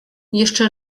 jeszcze